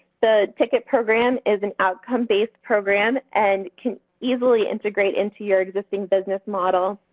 the ticket program is an outcome-based program and can easily integrate into your existing business model.